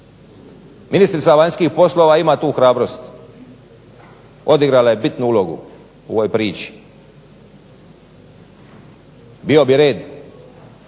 Ministrica vanjskih poslova ima tu hrabrost, odigrala je bitnu ulogu u ovoj priči. Bio bi red